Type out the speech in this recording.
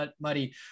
muddy